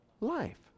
life